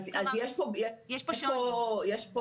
יש פה שוני.